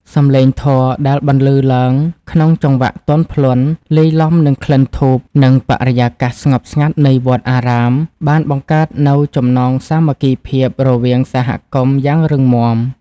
សម្លេងធម៌ដែលបន្លឺឡើងក្នុងចង្វាក់ទន់ភ្លន់ លាយឡំនឹងក្លិនធូប និងបរិយាកាសស្ងប់ស្ងាត់នៃវត្តអារាម បានបង្កើតនូវចំណងសាមគ្គីភាពរវាងសហគមន៍យ៉ាងរឹងមាំ។